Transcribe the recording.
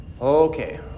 Okay